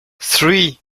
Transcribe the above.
three